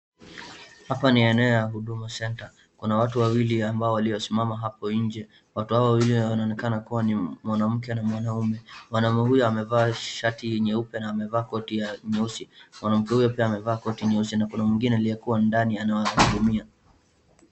Hapa ni eneo ya huduma center kuna watu wawili ambao waliosimama hapo nje watu hao wawili wanaonekana kuwa ni mwanamke na mwanamume. Mwanaume huyo amevaa shati nyeupe na koti ya nyeusi mwanamke huyo pia amevaa koti nyeusi na kuna mwingine aliyekuwa ndani anawahudumia.